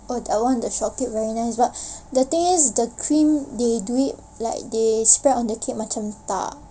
oh I want the shortcake very nice but the thing is the cream they do it like they spread the cream macam tak